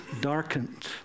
darkened